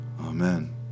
Amen